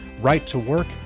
Right-to-work